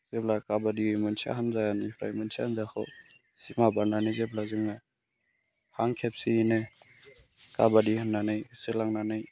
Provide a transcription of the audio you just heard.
जेब्ला काबाडि मोनसे हानजानिफ्राय मोनसे हानजाखौ सिमा बारनानै जेब्ला जोङो हां खेबसेयैनो काबाडि होननानै होसोलांनानै